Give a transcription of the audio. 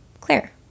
claire